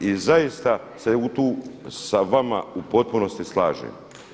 I zaista se tu sa vama u potpunosti slažem.